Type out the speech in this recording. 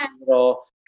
little